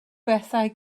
bethau